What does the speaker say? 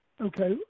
Okay